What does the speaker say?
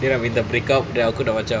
dia nak minta breakup then aku dah macam